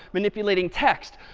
manipulating text.